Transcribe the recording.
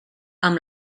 amb